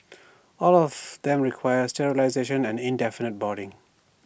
all of them require sterilisation and indefinite boarding